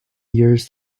years